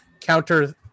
counter